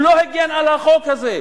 הוא לא הגן על החוק הזה.